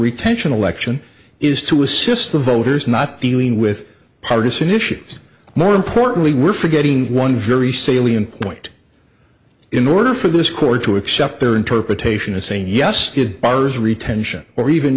retention election is to assist the voters not dealing with partisan issues more importantly we're forgetting one very salient point in order for this court to accept their interpretation of saying yes good bars retention or even